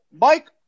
Mike